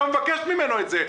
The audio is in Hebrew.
אתה מבקש ממנו את זה.